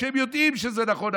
כשהם יודעים שזה נכון,